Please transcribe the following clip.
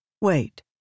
Wait